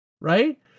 Right